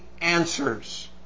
answers